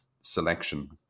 selection